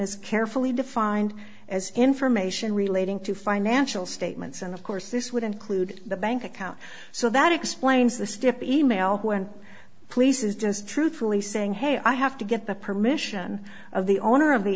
as carefully defined as information relating to financial statements and of course this would include the bank account so that explains the step email when police is just truthfully saying hey i have to get the permission of the owner of the